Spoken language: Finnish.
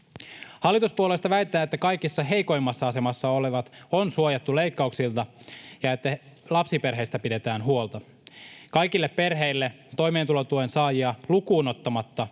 Hallituspuolueista väitetään, että kaikista heikoimmassa asemassa olevat on suojattu leikkauksilta ja että lapsiperheistä pidetään huolta. Kaikille perheille toimeentulotuen saajia lukuun ottamatta